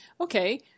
okay